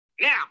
Now